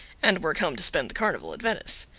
and were come to spend the carnival at venice.